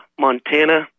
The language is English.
Montana